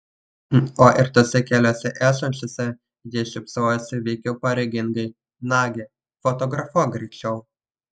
o ir tose keliose esančiose ji šypsojosi veikiau pareigingai nagi fotografuok greičiau